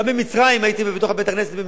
גם במצרים הייתי בתוך בית-הכנסת.